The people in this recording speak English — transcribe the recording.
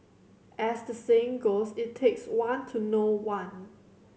as the saying goes it takes one to know one